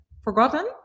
forgotten